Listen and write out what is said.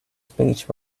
speech